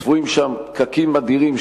צפויים שם פקקים אדירים,